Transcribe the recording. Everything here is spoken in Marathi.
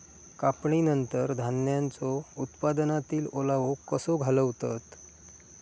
कापणीनंतर धान्यांचो उत्पादनातील ओलावो कसो घालवतत?